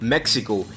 Mexico